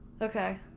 Okay